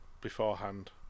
beforehand